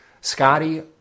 Scotty